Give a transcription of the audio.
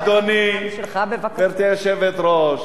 אדוני, גברתי היושבת-ראש,